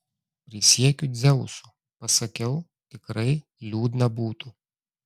prisiekiu dzeusu pasakiau tikrai liūdna būtų